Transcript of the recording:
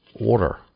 order